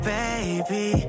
baby